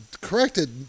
corrected